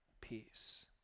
Peace